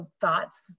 thoughts